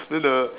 then the